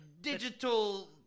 digital